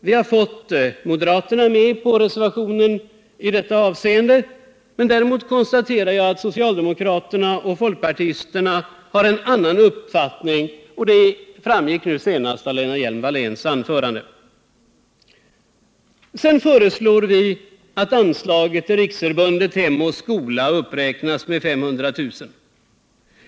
Vi har fått moderaterna med på reservationen i detta avseende. Däremot konstaterar jag att socialdemokraterna och folkpartisterna har en annan uppfattning. Det framgick nu senast av Lena Hjelm-Walléns anförande. Sedan föreslår vi att anslaget till Riksförbundet Hem och Skola uppräknas med 500 000 kr.